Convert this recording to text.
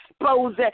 expose